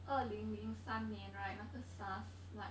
二零零三年 right 那个 SARS like